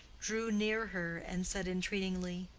drew near her, and said, entreatingly,